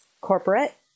Corporate